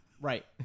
Right